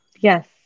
yes